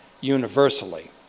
universally